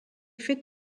fait